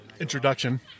introduction